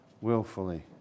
willfully